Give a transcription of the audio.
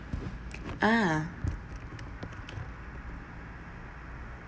ah